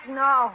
no